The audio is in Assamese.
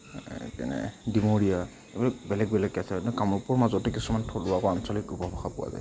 এনেকৈ ডিমৰীয়া এইবোৰ বেলেগ বেলেগকৈ আছে কামৰূপৰ মাজতে কিছুমান থলুৱা আকৌ আঞ্চলিক উপভাষা পোৱা যায়